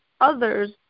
others